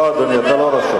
לא, אדוני, אתה לא רשום.